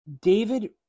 David